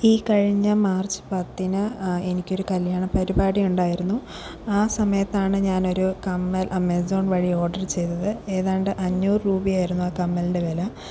ഈ കഴിഞ്ഞ മാർച്ച് പത്തിന് എനിക്കൊരു കല്യാണ പരിപാടി ഉണ്ടായിരുന്നു ആ സമയത്താണ് ഞാനൊരു കമ്മൽ ആമസോൺ വഴി ഓർഡർ ചെയ്തത് ഏതാണ്ട് അഞ്ഞൂറ് രൂപയായിരുന്നു ആ കമ്മലിൻ്റെ വില